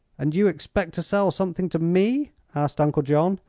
and you expect to sell something to me? asked uncle john,